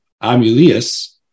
Amulius